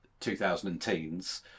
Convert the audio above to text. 2010s